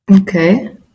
Okay